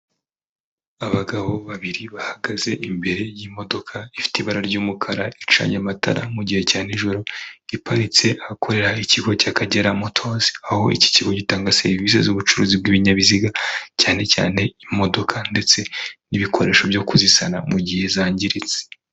Abagabo babiri bahagaze imbere y'imodoka ifite ibara ry'umukara icanye amatara, mu gihe cya nijoro giparitse ahakorera ikigo cy'Akagera motozi. Aho iki kigo gitanga serivisi z'ubucuruzi bw'ibinyabiziga, cyane cyane imodoka ndetse n'ibikoresho byo kuzisana mu gihe zangiritse.